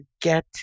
get